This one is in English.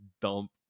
dump